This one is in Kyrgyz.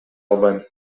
албайм